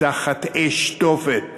ותחת אש תופת